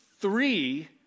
three